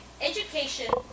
Education